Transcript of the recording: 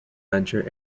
venture